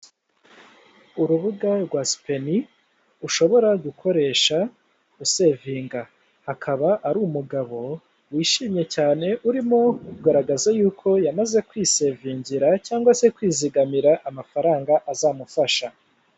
Urubuga rwa sipeni ushobora gukoresha usevinga akaba ari umugabo wishimye cyane urimo kugaragaza yuko yamaze kwisevingira cyangwa se kwizigamira amafaranga azamufasha.